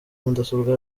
mudasobwa